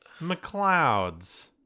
McClouds